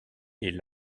est